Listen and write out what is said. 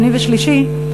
שני ושלישי,